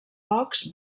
pocs